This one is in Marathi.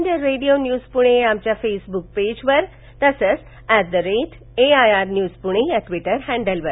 इंडिया रेडियो न्यूज पुणे या आमच्या फेसबुक पेजवर तसंच at A I R news Pune या ट्विटर हँडलवर